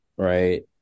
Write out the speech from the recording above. Right